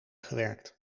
gewerkt